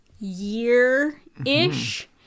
year-ish